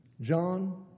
John